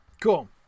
cool